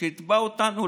שיתבע אותנו,